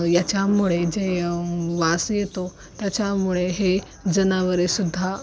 याच्यामुळे जे वास येतो त्याच्यामुळे हे जनावरेसुद्धा